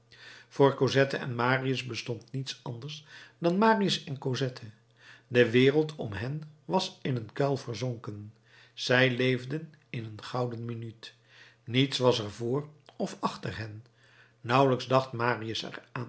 voor cosette en marius bestond niets anders dan marius en cosette de wereld om hen was in een kuil verzonken zij leefden in een gouden minuut niets was er vr of achter hen nauwelijks dacht marius